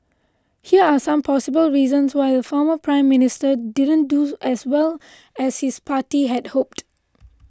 here are some possible reasons why the former Prime Minister didn't do as well as his party had hoped